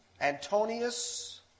Antonius